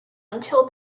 until